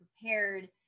prepared